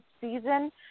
season